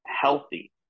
healthy